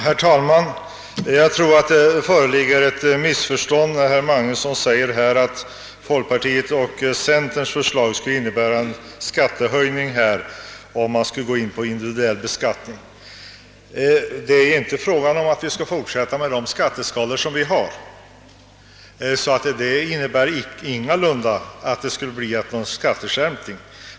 Herr talman! Jag tror att det föreligger ett missförstånd när herr Magnusson i Borås här säger att folkpartiets och centerns förslag skulle medföra en skattehöjning... Det är inte fråga om :att fortsätta med de nuvarande skatteska lorna, och förslaget innebär ingalunda någon skatteskärpning.